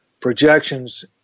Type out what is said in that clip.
projections